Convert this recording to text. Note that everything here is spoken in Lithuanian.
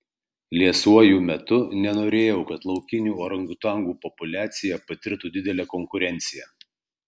liesuoju metu nenorėjau kad laukinių orangutanų populiacija patirtų didelę konkurenciją